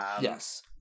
Yes